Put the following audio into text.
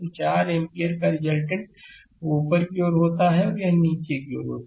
तो 4 एम्पीयरर का रिजल्टेंट ऊपर की ओर होता है और यह नीचे की ओर होता है